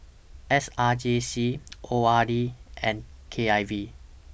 S R J C O R D and K I V